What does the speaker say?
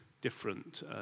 different